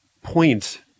point